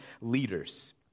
leaders